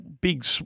big